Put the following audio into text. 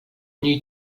niej